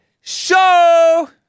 show